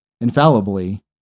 infallibly